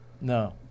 No